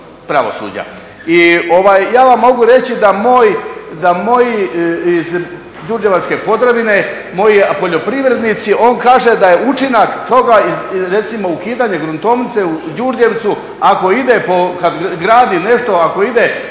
I ja vam mogu reći da moji iz Đurđevačke Podravine, moji poljoprivrednici, oni kažu da je učinak toga recimo ukidanje gruntovnice u Đurđevcu ako ide kad gradi nešto ako ide